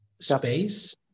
space